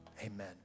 Amen